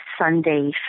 Sunday